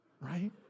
Right